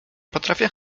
potrafię